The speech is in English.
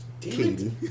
Katie